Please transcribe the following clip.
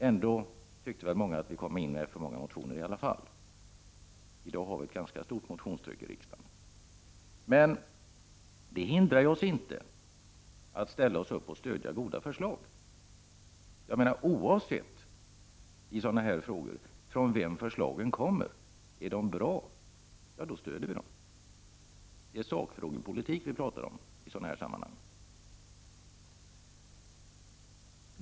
Ändå tyckte väl många att vi väckte för många motioner. I dag har vi ett ganska stort motionstryck i riksdagen. Men det hindrar oss inte från att ställa oss upp och stödja goda förslag, oavsett från vem de kommer. Är de bra, då stöder vi dem. Det är sakfrågepolitik vi pratar om i sådana här sammanhang.